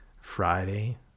Friday